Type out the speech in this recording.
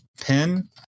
pin